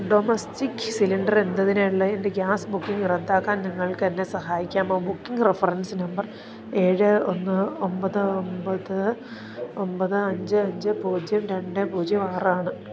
domestic cylinder എന്നതിനായുള്ള എൻ്റെ gas booking റദ്ദാക്കാൻ നിങ്ങൾക്ക് എന്നെ സഹായിക്കാമോ ബുക്കിംഗ് റഫറൻസ് നമ്പർ ഏഴ് ഒന്ന് ഒമ്പത് ഒമ്പത് ഒമ്പത് അഞ്ച് അഞ്ച് പൂജ്യം രണ്ട് പൂജ്യം ആറ് ആണ്